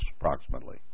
approximately